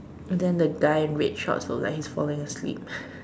and then the guy in red shorts look like he's falling asleep